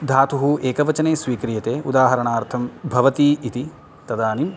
धातुः एकवचने स्वीक्रियते उदाहरणार्थं भवति इति तदानीं